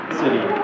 city